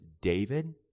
David